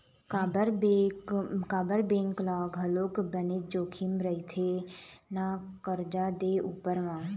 काबर बेंक ल घलोक बनेच जोखिम रहिथे ना करजा दे उपर म